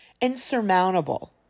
insurmountable